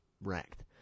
wrecked